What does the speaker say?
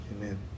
Amen